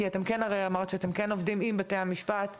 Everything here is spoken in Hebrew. אמרת שאתם עובדים עם בתי המשפט.